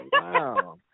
Wow